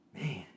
man